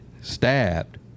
stabbed